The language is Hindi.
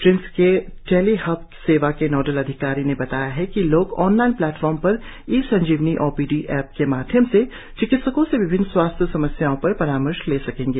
ट्रिम्स के टेली हब सेवा के नोडल अधिकारि ने बताया कि लोग ऑनलाइन प्लेटफार्म पर e Sanjeevani O P D app के माध्यम से चिकित्सकों के विभिन्न स्वास्थ्य समस्याओं पर परामर्श ले सकेंगे